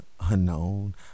unknown